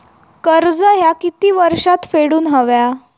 कर्ज ह्या किती वर्षात फेडून हव्या?